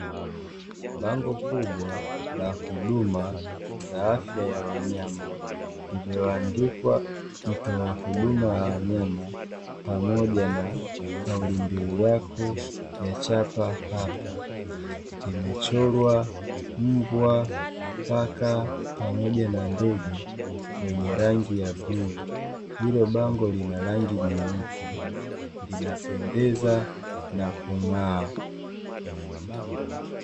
Bango kubwa la huduma za afya ya wanyama, iliyoandikwa mtoa huduma ya wanyama pamoja na kauli mbiu yako ya "chapa hapa", imechorwa mbwa, paka pamoja na ndege wenye rangi ya bluu hilo bango lina rangi nyeupe linapendeza na kung'aa.